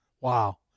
Wow